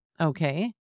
Okay